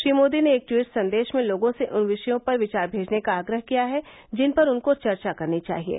श्री मोदी ने एक टवीट संदेश में लोगों से उन विषयों पर विचार भेजने का आग्रह किया है जिन पर उनको चर्चा करनी चाहिये